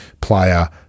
Player